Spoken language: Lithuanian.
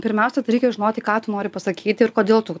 pirmiausia tai reikia žinoti ką tu nori pasakyti ir kodėl tu